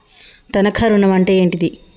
తనఖా ఋణం అంటే ఏంటిది?